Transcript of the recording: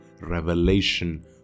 revelation